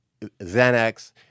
Xanax